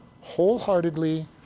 wholeheartedly